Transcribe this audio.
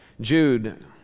Jude